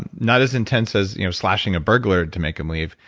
and not as intense as you know slashing a burglar to make him leave,